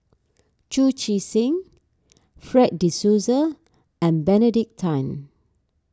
Chu Chee Seng Fred De Souza and Benedict Tan